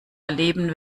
erleben